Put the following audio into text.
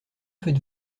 faites